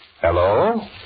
Hello